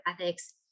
Ethics